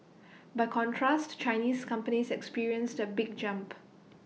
by contrast Chinese companies experienced A big jump